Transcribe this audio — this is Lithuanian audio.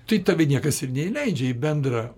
tai tave niekas ir neįleidžia į bendrą